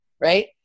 right